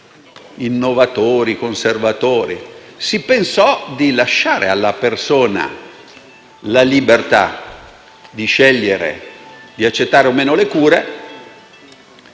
"innovatori" e "conservatori". Allora si pensò di lasciare alla persona la libertà di scegliere se accettare o no le cure,